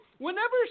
Whenever